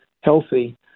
healthy